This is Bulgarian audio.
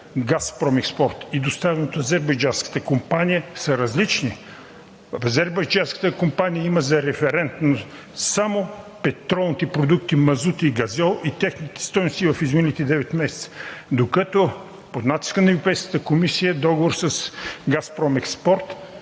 „Газпром Експорт“ и доставеното от азербайджанската компания, са различни. Азербайджанската компания има за референтност само петролните продукти мазут и газьол и техните стойности в изминалите девет месеца, докато под натиска на Европейската комисия договорът с „Газпром Експорт“